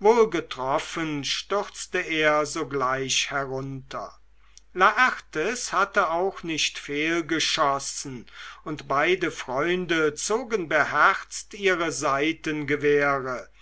wohlgetroffen stürzte er sogleich herunter laertes hatte auch nicht fehlgeschossen und beide freunde zogen beherzt ihre